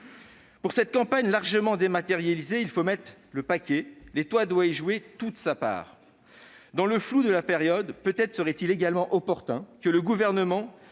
Pour cette campagne largement dématérialisée, il faut « mettre le paquet », si j'ose dire, et l'État doit y prendre toute sa part. Dans le flou de la période, peut-être serait-il également opportun que le Gouvernement